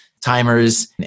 timers